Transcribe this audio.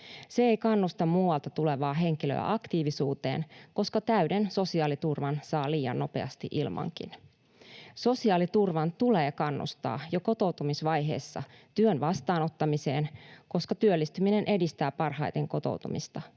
Se ei kannusta muualta tulevaa henkilöä aktiivisuuteen, koska täyden sosiaaliturvan saa liian nopeasti ilmankin. Sosiaaliturvan tulee kannustaa jo kotoutumisvaiheessa työn vastaanottamiseen, koska työllistyminen edistää parhaiten kotoutumista.